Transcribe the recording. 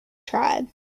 tried